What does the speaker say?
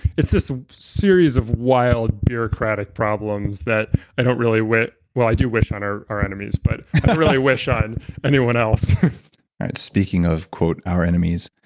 it's just a series of wild bureaucratic problems that i don't really wish well, i do wish on our our enemies, but really wish ah on anyone else speaking of our enemies,